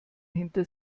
hinter